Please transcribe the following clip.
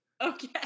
Okay